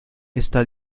está